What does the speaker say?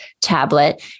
tablet